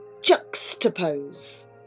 Juxtapose